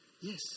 Yes